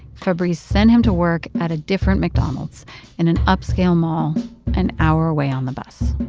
fabrice sent him to work at a different mcdonald's in an upscale mall an hour away on the bus.